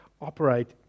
operate